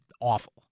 awful